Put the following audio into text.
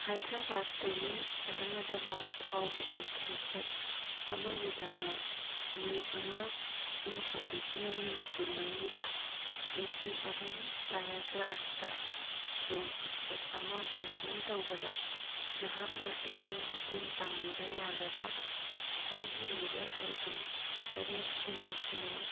ꯍꯥꯏꯗ꯭ꯔꯥꯕꯥꯠꯇꯍꯤ ꯑꯃꯦꯗꯕꯥꯠ ꯐꯥꯎꯕꯒꯤ ꯈꯣꯡꯆꯠ ꯑꯃꯒꯤꯗꯃꯛ ꯃꯦ ꯑꯃ ꯏꯪ ꯁꯣꯛ ꯂꯤꯁꯤꯡ ꯑꯅꯤꯒ ꯀꯨꯟꯃꯔꯤꯗ ꯑꯦ ꯁꯤ ꯑꯍꯨꯝ ꯇꯥꯏꯌꯔ ꯀ꯭ꯂꯥꯁꯇ ꯇ꯭ꯔꯦꯟ ꯇꯤꯛꯀꯦꯠ ꯑꯃ ꯕꯨꯛꯀꯤꯡ ꯇꯧꯕꯗ ꯅꯍꯥꯛꯅ ꯑꯩꯕꯨ ꯃꯇꯦꯡ ꯄꯥꯡꯕꯤꯕ ꯌꯥꯒꯗ꯭ꯔ ꯑꯩꯒꯤ ꯌꯨꯖꯔ ꯑꯥꯏ ꯗꯤ ꯇꯔꯦꯠ ꯁꯤꯅꯣ ꯁꯤꯅꯣ